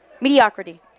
Mediocrity